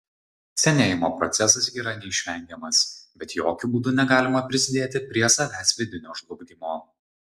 senėjimo procesas yra neišvengiamas bet jokiu būdu negalima prisidėti prie savęs vidinio žlugdymo